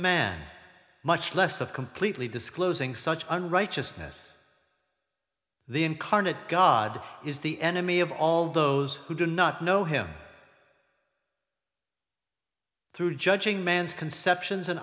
man much less of completely disclosing such an righteousness the incarnate god is the enemy of all those who do not know him through judging man's conceptions in